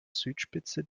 südspitze